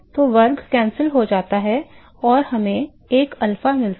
तो वर्ग कैंसिल हो जाता है और हमें एक अल्फा मिलता है